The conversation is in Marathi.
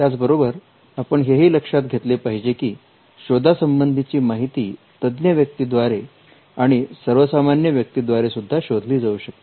त्याचबरोबर आपण हेही लक्षात घेतले पाहिजे की शोधा संबंधीची माहिती तज्ञ व्यक्ती द्वारे आणि सर्वसामान्य व्यक्ती द्वारे सुद्धा शोधली जाऊ शकते